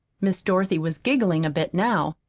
miss dorothy was giggling a bit now.